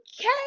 okay